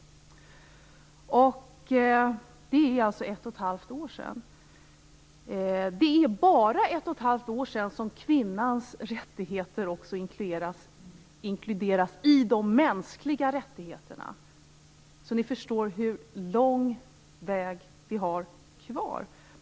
Det är alltså ett och ett halvt år sedan. Likaså är det bara ett och ett halvt år sedan kvinnans rättigheter också inkluderades i de mänskliga rättigheterna. Så ni förstår hur lång väg vi har kvar!